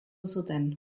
zuten